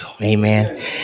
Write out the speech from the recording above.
Amen